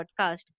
podcast